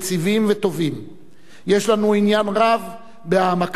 יש לנו עניין רב בהעמקת היחסים ושיתוף הפעולה